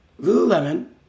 Lululemon